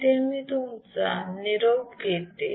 इथे मी तुमचा निरोप घेते